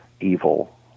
evil